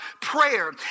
prayer